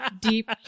deep